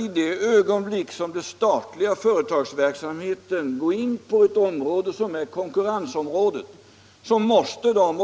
I det ögonblick den statliga företagsverksamheten går in på ett område med konkurrens